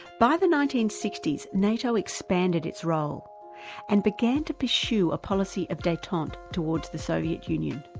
by the nineteen sixty s nato expanded its role and began to pursue a policy of detente towards the soviet union.